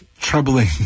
troubling